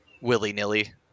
willy-nilly